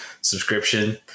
subscription